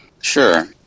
Sure